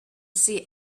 see